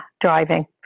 driving